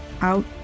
Out